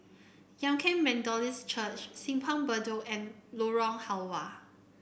Kum Yan Methodist Church Simpang Bedok and Lorong Halwa